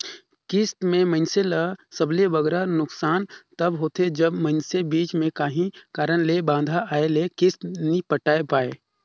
किस्त में मइनसे ल सबले बगरा नोसकान तब होथे जब मइनसे बीच में काहीं कारन ले बांधा आए ले किस्त नी पटाए पाए